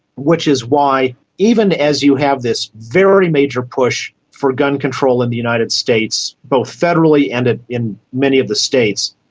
which is why even as you have this very major push for gun control in the united states, both federally and in many of the states,